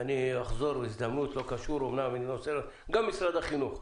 ואני אחזור, לא קשור אמנם, גם משרד החינוך.